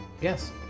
Yes